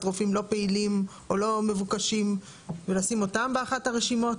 רופאים לא פעילים או לא מבוקשים ולשים אותם באחת הרשימות.